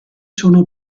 sono